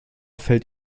fällt